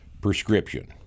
prescription